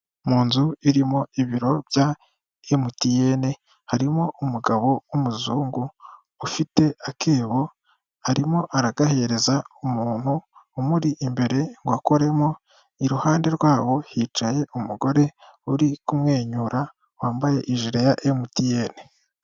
Mu nzu irimo ibiro bya MTN, harimo umugabo w'umuzungu ufite akebo arimo aragahereza umuntu umuri imbere ngo akoremo, iruhande rwabo hicaye umugore uri kumwenyura wambaye ijire ya MTN.